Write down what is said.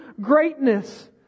greatness